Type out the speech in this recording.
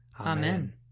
Amen